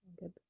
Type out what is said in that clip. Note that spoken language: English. Good